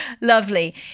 Lovely